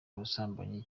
ubusambanyi